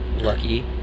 lucky